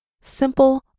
simple